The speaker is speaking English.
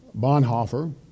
Bonhoeffer